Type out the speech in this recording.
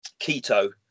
keto